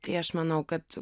tai aš manau kad